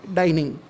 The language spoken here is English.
dining